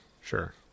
Sure